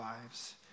lives